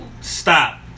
Stop